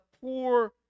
poor